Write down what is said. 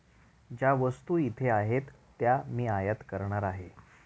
ज्या वस्तू इथे आहेत त्या मी आयात करणार आहे